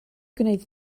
gwneud